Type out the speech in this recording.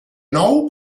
nou